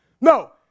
No